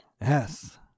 Yes